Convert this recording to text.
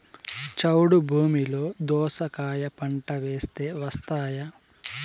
చౌడు భూమిలో దోస కాయ పంట వేస్తే వస్తాయా?